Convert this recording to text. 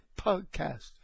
podcast